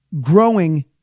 growing